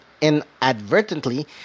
inadvertently